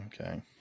Okay